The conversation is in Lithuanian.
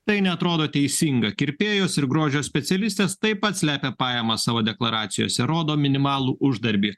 tai neatrodo teisinga kirpėjos ir grožio specialistės taip pat slepia pajamas savo deklaracijose rodo minimalų uždarbį